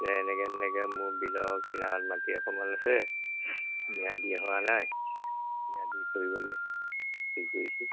এনেকৈ তেনেকৈ মোৰ বিলৰ কিনাৰত মাটি অকণমান আছে ম্যাদি হোৱা নাই ম্যাদি কৰিবলৈ হেৰি কৰিছোঁ